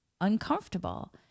uncomfortable